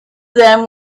them